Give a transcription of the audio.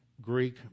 Greek